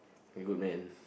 good man